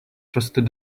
frosted